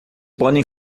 podem